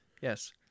Yes